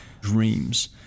dreams